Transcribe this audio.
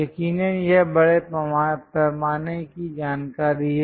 यकीनन यह बड़े पैमाने की जानकारी हैं